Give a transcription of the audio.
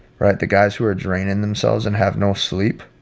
right, the guys who are draining themselves and have no sleep,